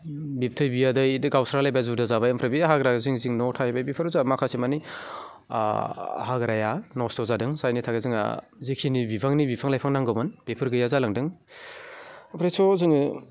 बिब्थै बियादै बिदि गावस्रालायबाय जुदा जाबाय ओमफ्राय बे हाग्रा जिं जिं न'आव थाहैबाय बेफोरो जोंहा माखासे माने हाग्राया नस्त' जादों जायनि थाखाय जोंहा जिखिनि बिबांनि बिफां लाइफां नांगौमोन बेफोर गैया जालांदों ओमफ्राय स' जोङो